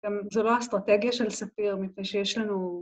גם זו לא אסטרטגיה של ספיר, מפני שיש לנו...